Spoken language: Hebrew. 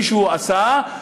מישהו עשה,